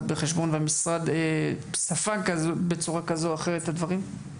בחשבון במשרד בצורה כזו או אחרת את הדברים.